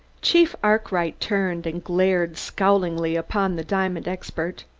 chief arkwright turned and glared scowlingly upon the diamond expert.